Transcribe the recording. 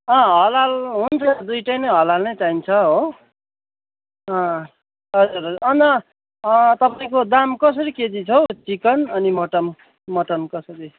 हलाल हुन्छ दुइवटै नै हलाल नै चाहिन्छ हो हजुर हजुर अन्त तपाईँको दाम कसरी केजी छ हौ चिकन अनि मटन मटन कसरी